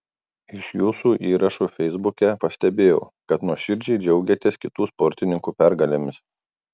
iš jūsų įrašų feisbuke pastebėjau kad nuoširdžiai džiaugiatės kitų sportininkų pergalėmis